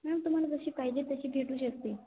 ma'am तुम्हाला जशी पाहिजे तशी भेटू शकते